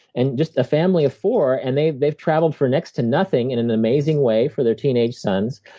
and just a family of four, and they've they've traveled for next to nothing in an amazing way for their teenage sons,